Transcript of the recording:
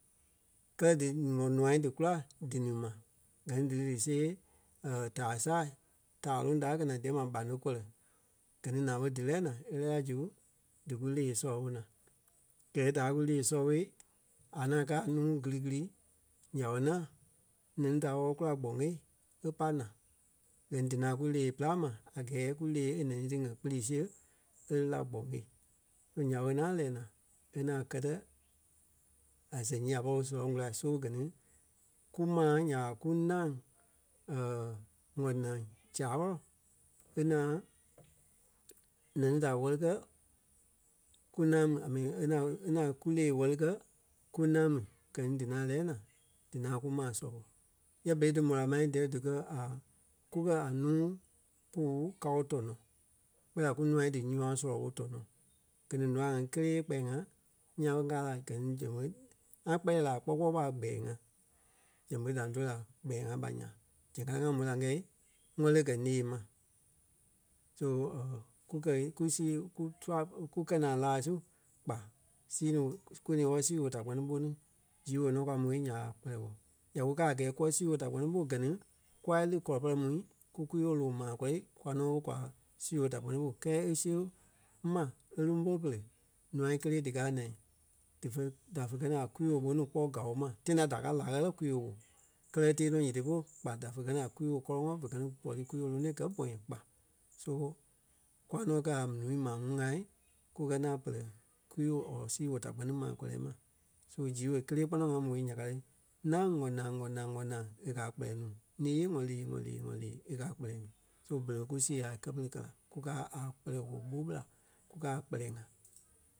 kɛlɛ dí ŋɔ nûa dí kula díniŋ ma. Gɛ ni dí dí see taa saa, taa loŋ da e kɛ̀ naa díyɛ ma ɓaleŋ-kɔlɛ. Gɛ ni naa ɓé dí lɛɛ naa e lɛ́ɛ la zu dí kú lée sɔlɔ ɓo naa. Gɛɛ da kú lée sɔlɔ ɓo a ŋaŋ kɛ́ a nuu kili kili, nyaa ɓé ŋaŋ nɛni da e wɔ́lɔ kula gbɔgee e pai naa. Gɛ ni dí ŋaŋ kú lɛ́ɛ pîlaŋ ma a gɛɛ kú lée e nɛnî ti ŋa kpiri síɣe e lí la gbɔgee. Nya ɓé e ŋaŋ lɛ́ɛ naa e ŋaŋ gɛ́tɛ a sɛŋ nyii a pɔri surɔ̂ŋ kula so gɛ ni kú mãna nya ɓa kunâŋ ŋɔ nâŋ zabɔlɔ e ŋaŋ nɛni da ŋwɛ́li kɛ́ kunâŋ a mi e ŋaŋ- e ŋaŋ- kú lee ŋwɛ́li kɛ́ kunâŋ mi. Gɛ ni dí ŋaŋ lɛ́ɛ naa dí ŋaŋ kú maa sɔlɔ ɓo. Yɛ berei dí mó la ma díyɛ dikɛ a kukɛ a núu puu káo tɔnɔɔ. Kpɛɛ la kunûa dí nũâ sɔlɔ ɓo tɔnɔ. Gɛ ni nûa ŋai ŋí kélee gbɛɛ-ŋá ńyãa ɓé ŋgaa la gɛ ŋí zɛŋ ɓé; ŋa kpɛlɛɛ láa kpɔ kpɔɔi ɓa gbɛɛ-ŋá. Zɛŋ ɓé da ńdoli la gbɛɛ-ŋá ɓa ńyãa. Zɛŋ káa ŋí ŋa môi la ŋ́gɛi ŋwɛli e kɛ̀ ńee ma. So ku kɛi ku see ku tua e kana-laa su kpa sii nuu kúfe ní wɔ́lɔ sii woo da kpɛni ɓó ni. Gii woo nɔ kwa mó nya ɓa kpɛlɛɛ woo. Ya kú kaa a gɛɛ kúwɔ sii woo ta kpɛ́ni ɓó gɛ ni kûa lí kɔlɔ pɔrɔŋ mu kú kwii-woo loŋ maa kɔ́ri kûa nɔ ɓé kwa sii woo da kpɛni ɓo kɛɛ e síɣe mai e lí mo pere nûa kélee díkaa naa dífe da fé kɛ́ ni a kwii-woo ɓó nuu kpɔ́ gao ma. Tãi ta da káa laa kɛtɛ kwii-woo ɓó kɛlɛ e tee nɔ nyiti polu kpa da fé kɛ́ ni a kwii-woo kɔlɔŋ fe kɛ ni pɔri kwii-woo lóno gɛ́ bɔ̃yɛ kpa. So kûa nɔ kɛ́ a ǹúui maa ŋuŋ ŋai kukɛ ŋaŋ pere kwii-woo or sii woo da kpɛ́ni ma kɔlɛ ma. So gii woo kélee kpono ŋa ɓoi ya ka ti. Ńâŋ ŋɔ nâŋ ŋɔ nâŋ ŋɔ nâŋ e kɛ̀ a kpɛlɛɛ nuu. Ńee ŋɔ nee ŋɔ nee ŋɔ nee e kɛ̀ a kpɛlɛɛ nuu. So berei kú sii ŋâ kɛ́ pere e kɛ̀ la. Kú kaa a kpɛlɛɛ woo mó ɓela, kú kaa a kpɛlɛɛ ŋai.